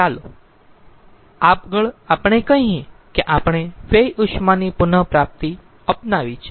ચાલો આગળ આપણે કહીયે કે આપણે વ્યય ઉષ્મા ની પુન પ્રાપ્તિ અપનાવી છે